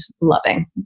loving